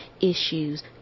issues